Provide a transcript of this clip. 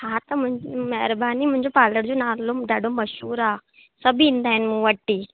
हा त मूं महिरबानी मुंहिंजो पार्लर जो नालो ॾाढो मशहूरु आहे सभु ईंदा आहिनि मूं वटि ई